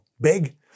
big